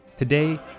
Today